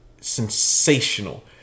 sensational